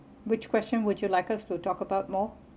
which question would you like us to talk about more